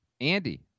Andy